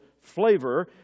flavor